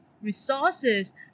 resources